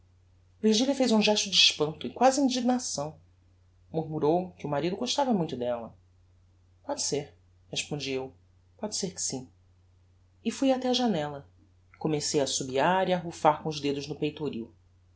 virgilia fez um gesto de espanto e quasi indignação murmurou que o marido gostava muito della póde ser respondi eu póde ser que sim e fui até a janella e comecei a assobiar e a rufar com os dedos no peitoril